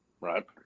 Right